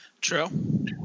True